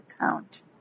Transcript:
account